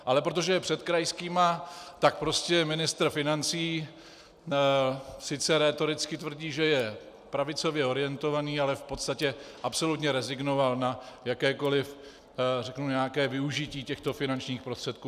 Ale protože je před krajskými, tak prostě ministr financí sice rétoricky tvrdí, že je pravicově orientovaný, ale v podstatě absolutně rezignoval na jakékoliv, řeknu, nějaké využití těchto finančních prostředků.